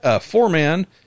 four-man